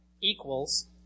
equals